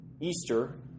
Easter